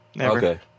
Okay